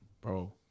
bro